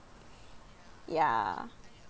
ya